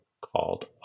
called